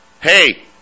hey